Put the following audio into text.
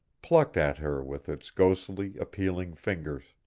plucked at her with its ghostly, appealing fingers.